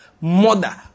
mother